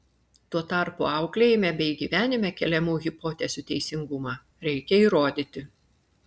tuo tarpu auklėjime bei gyvenime keliamų hipotezių teisingumą reikia įrodyti